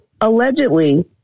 Allegedly